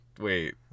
Wait